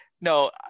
no